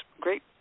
great